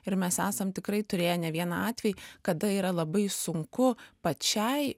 ir mes esam tikrai turėję ne vieną atvejį kada yra labai sunku pačiai